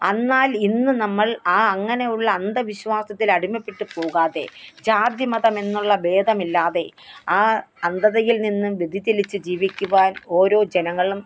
എന്നാല് ഇന്ന് നമ്മള് ആ അങ്ങനെ ഉള്ള അന്ധവിശ്വാസത്തിൽ അടിമപ്പെട്ട് പോകാതെ ജാതി മതമെന്നുള്ള ഭേദമില്ലാതെ ആ അന്ധതയില് നിന്നും വ്യതിചലിച്ച് ജീവിക്കുവാന് ഓരോ ജനങ്ങളും